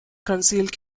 concealed